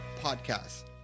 podcast